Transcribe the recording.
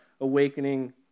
awakening